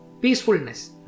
peacefulness